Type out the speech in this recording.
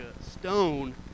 Stone